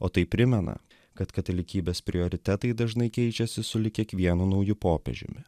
o tai primena kad katalikybės prioritetai dažnai keičiasi sulig kiekvienu nauju popiežiumi